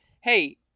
Hey